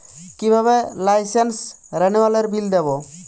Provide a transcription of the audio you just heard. কিভাবে লাইসেন্স রেনুয়ালের বিল দেবো?